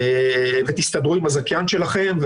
ותסתדרו עם הזכיין שלכם,